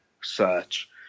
search